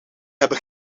hebben